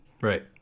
right